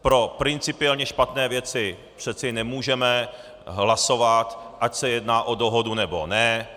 Pro principiálně špatné věci přece nemůžeme hlasovat, ať se jedná o dohodu, nebo ne.